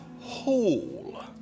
Whole